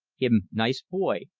him nice boy,